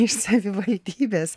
iš savivaldybės